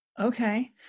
Okay